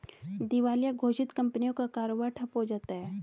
दिवालिया घोषित कंपनियों का कारोबार ठप्प हो जाता है